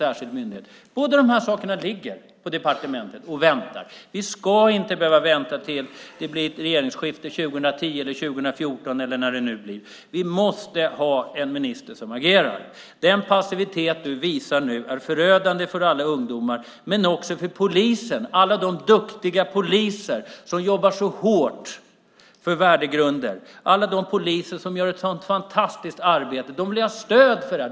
Båda dessa förslag ligger på departementet och väntar. Vi ska inte behöva vänta tills det blir ett regeringsskifte 2010, 2014 eller när det nu blir. Vi måste ha en minister som agerar. Den passivitet som du nu visar är förödande för alla ungdomar men också för polisen, alla de duktiga poliser som jobbar så hårt för värdegrunden, alla de poliser som gör ett sådant fantastiskt arbete. De vill ha stöd för detta.